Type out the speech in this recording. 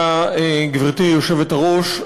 גברתי היושבת-ראש,